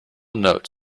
note